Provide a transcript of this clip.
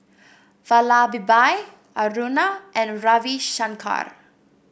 Vallabhbhai Aruna and Ravi Shankar